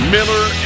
Miller